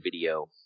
video